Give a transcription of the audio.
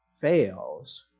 fails